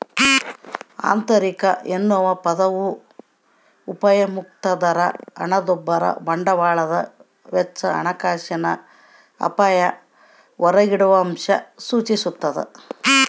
ಆಂತರಿಕ ಎನ್ನುವ ಪದವು ಅಪಾಯಮುಕ್ತ ದರ ಹಣದುಬ್ಬರ ಬಂಡವಾಳದ ವೆಚ್ಚ ಹಣಕಾಸಿನ ಅಪಾಯ ಹೊರಗಿಡುವಅಂಶ ಸೂಚಿಸ್ತಾದ